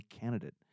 candidate